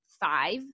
five